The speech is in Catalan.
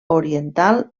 oriental